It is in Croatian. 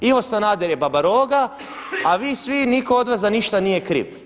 Ivo Sanader je babaroga, a vi svi nitko od vas za ništa nije kriv.